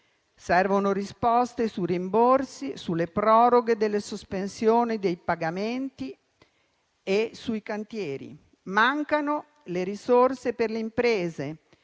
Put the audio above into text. Servono risposte sui rimborsi, sulle proroghe delle sospensioni dei pagamenti e sui cantieri. Mancano le risorse per le imprese.